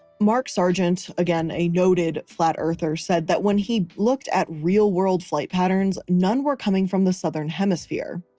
mark sargent again, a noted flat-earther said that when he looked at real-world flight patterns, none were coming from the southern hemisphere.